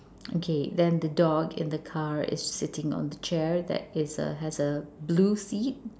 okay then the dog in the car is sitting on the chair that is a has a blue seat